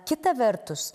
kita vertus